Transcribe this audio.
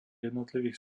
jednotlivých